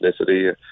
ethnicity